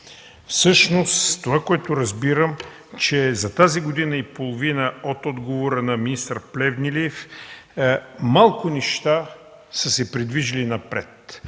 министър, това, което разбирам, че за тази година и половина от отговора на министър Плевнелиев малко неща са се придвижили напред